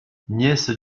nièce